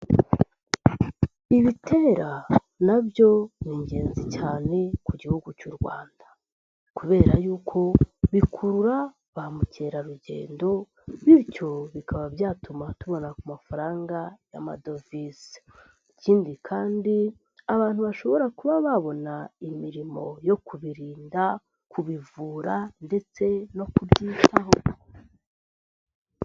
Ibitera na byo ni ingenzi cyane ku Gihugu cy'u Rwanda kubera yuko bikurura ba mukerarugendo, bityo bikaba byatuma tubona ku mafaranga y'amadovize, ikindi kandi abantu bashobora kuba babona imirimo yo kubirinda, kubivura ndetse no kubyitaho.